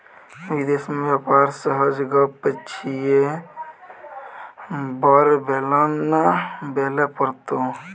विदेश मे बेपार सहज गप छियै बड़ बेलना बेलय पड़तौ